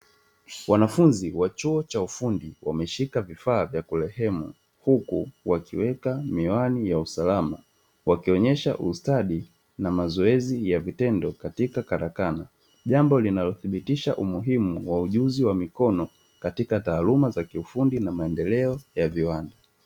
Wanafunzi wa chuo cha ufundi wameshika vifaa vya kurehemu, huku wakiweka miwani ya usalama, wakionyesha ustadi na mazoezi ya vitendo katika karakana, jambo linalothibitisha umuhimu wa ujuzi wa mikono katika taaluma za kifundi na maendeleo ya viwanda.